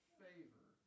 favor